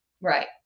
right